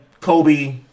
Kobe